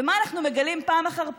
ומה אנחנו מגלים פעם אחר פעם?